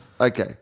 Okay